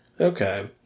Okay